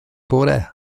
bore